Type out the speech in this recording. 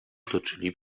toczyli